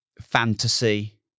fantasy